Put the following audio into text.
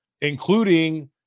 including